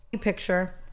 picture